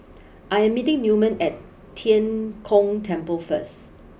I am meeting Newman at Tian Kong Temple first